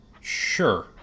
Sure